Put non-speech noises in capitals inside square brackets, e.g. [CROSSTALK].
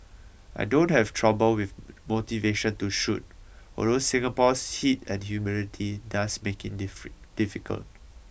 I don't have trouble with motivation to shoot although Singapore's heat and humidity does make it [UNINTELLIGIBLE] difficult